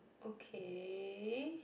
okay